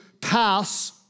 pass